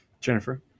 Jennifer